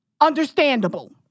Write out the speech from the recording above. Understandable